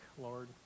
Lord